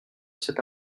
cet